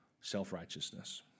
self-righteousness